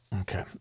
Okay